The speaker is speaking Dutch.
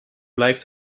blijft